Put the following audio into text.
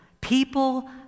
people